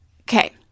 Okay